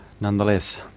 nonetheless